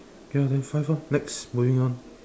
K lah then five ah next moving on